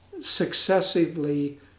successively